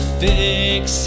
fix